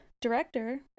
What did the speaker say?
director